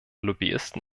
lobbyisten